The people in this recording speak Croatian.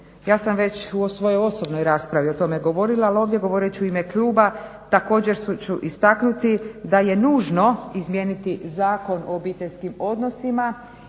Ja sam već u svojoj osobnoj raspravi o tome govorila, al ovdje govorit ću u ime kluba, također ću istaknuti da je nužno izmijeniti Zakon o obiteljskim odnosima